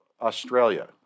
Australia